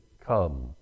Come